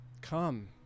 come